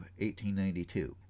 1892